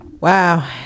Wow